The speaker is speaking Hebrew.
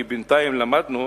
כי בינתיים למדנו